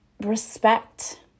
respect